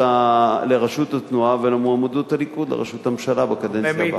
לראשות התנועה ולמועמדות הליכוד לראשות הממשלה בקדנציה הבאה.